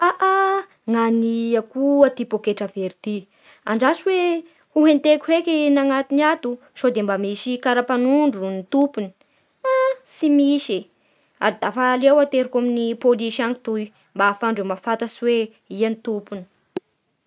Ha ah, nagnia koa ty poketra very ty, andraso hoe ho teteako heky ny agnatiny ato sôde mba misy kara-panondro gny tompony. Haaa tsy misy fa da fa aleo ateriko amin'ny polisy any mba ahafahandre mahafantatsy hoe ia no tompony